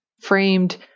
framed